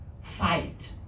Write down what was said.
fight